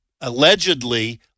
allegedly